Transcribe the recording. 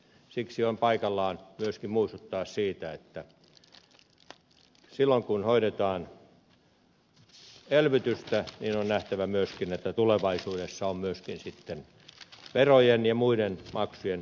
siksi on paikallaan myöskin muistuttaa siitä että silloin kun hoidetaan elvytystä on nähtävä että tulevaisuudessa on myöskin verojen ja muiden maksujen kiristämisen aika